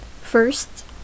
First